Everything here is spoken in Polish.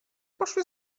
poszły